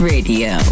Radio